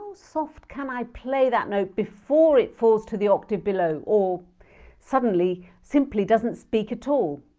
soft can i play that note before it falls to the octave below or suddenly, simply doesn't speak at all?